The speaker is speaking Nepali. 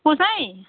पुसाइँ